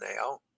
now